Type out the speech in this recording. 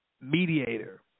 mediator